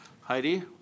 Heidi